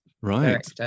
right